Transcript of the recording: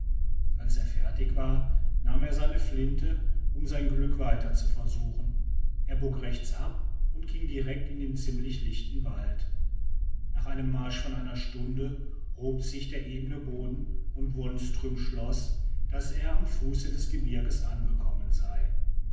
als er fertig war nahm er seine flinte um sein glück weiter zu versuchen er bog rechts ab und ging direkt in den ziemlich lichten wald nach einem marsch von einer stunde hob sich der ebene boden und wonström schloß daß er am fuße des gebirges angekommen sei